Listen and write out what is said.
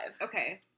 Okay